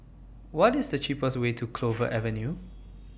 What IS The cheapest Way to Clover Avenue